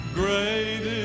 great